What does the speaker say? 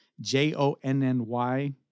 J-O-N-N-Y